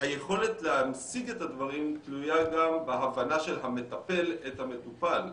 היכולת להמשיג את הדברים תלויה גם בהבנה של המטפל את המטופל.